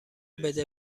بده